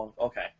Okay